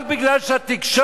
רק מפני שהתקשורת